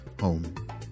home